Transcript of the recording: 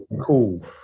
Cool